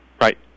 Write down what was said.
Right